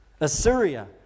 Assyria